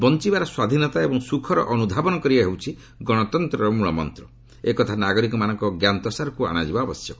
ବଞ୍ଚିବାର ସ୍ୱାଧୀନତା ଏବଂ ସୁଖର ଅନୁଧାବନ କରିବା ହେଉଛି ଗଣତନ୍ତ୍ର ମୂଳମନ୍ତ୍ର ଏକଥା ନାଗରିକମାନଙ୍କ ଜ୍ଞାତସାରକୁ ଅଶାଯିବା ଆବଶ୍ୟକ